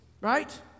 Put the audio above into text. Right